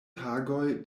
tagoj